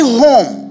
home